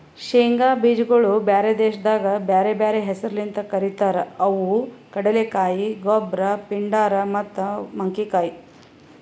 ಶೇಂಗಾ ಬೀಜಗೊಳ್ ಬ್ಯಾರೆ ದೇಶದಾಗ್ ಬ್ಯಾರೆ ಬ್ಯಾರೆ ಹೆಸರ್ಲಿಂತ್ ಕರಿತಾರ್ ಅವು ಕಡಲೆಕಾಯಿ, ಗೊಬ್ರ, ಪಿಂಡಾರ್ ಮತ್ತ ಮಂಕಿಕಾಯಿ